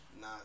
Nah